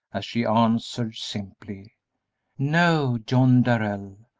as she answered, simply no, john darrell,